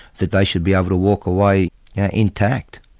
that they should be able to walk away intact.